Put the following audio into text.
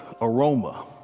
aroma